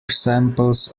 samples